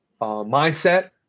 mindset